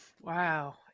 Wow